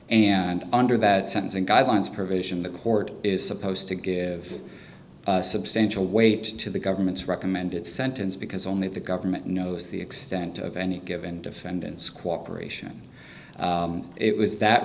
and under that sentencing guidelines provision the court is supposed to give substantial weight to the government's recommended sentence because only the government knows the extent of any given defendant's cooperation it was that